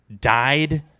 died